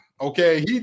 Okay